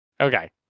Okay